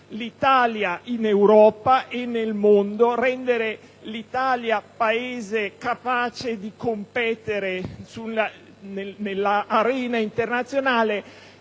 l'Italia in Europa e nel mondo, a rendere l'Italia un Paese capace di competere nell'arena internazionale.